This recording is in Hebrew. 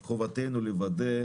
הם חשובים,